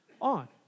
on